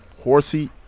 Horsey